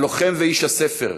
הלוחם ואיש הספר,